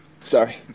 Sorry